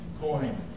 coin